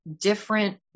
different